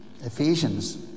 Ephesians